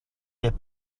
des